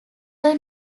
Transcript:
were